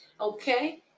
Okay